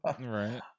Right